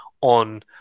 on